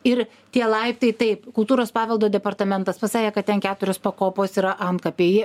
ir tie laiptai taip kultūros paveldo departamentas pasakė kad ten keturios pakopos yra antkapiai